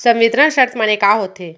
संवितरण शर्त माने का होथे?